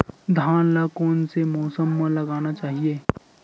धान ल कोन से मौसम म लगाना चहिए?